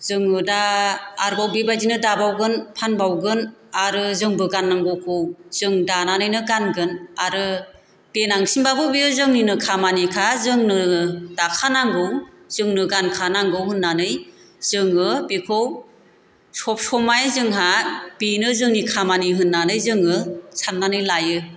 जोङो दा आरोबाव बेबायदिनो दाबावगोन फानबावगोन आरो जोंबो गानांगौखौ जों दानानैनो गानगोन आरो देनांसिमबाबो बे जोंनिनो खामानिखा जोंनो दाखानांगौ जोंनो गानखानांगौ होनानै जोङो बेखौ सब समाय जोंहा बेनो जोंनि खामानि होन्नानै जोङो सान्नानै लायो